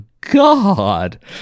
God